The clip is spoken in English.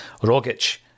Rogic